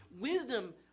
Wisdom